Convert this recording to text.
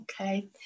Okay